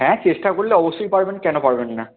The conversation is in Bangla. হ্যাঁ চেষ্টা করলে অবশ্যই পারবেন কেন পারবেন না